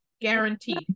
guaranteed